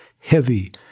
heavy